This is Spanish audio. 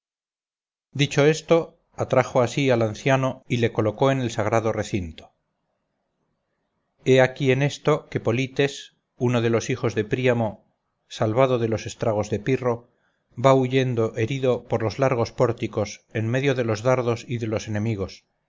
dicho esto atrajo a sí al anciano y le colocó en el sagrado recinto he aquí en esto que polites uno de los hijos de príamo salvado de los estragos de pirro va huyendo herido por los largos pórticos en medio de los dardos y de los enemigos